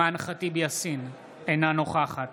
אינה נוכחת